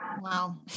Wow